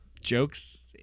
jokes